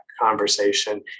conversation